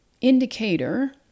indicator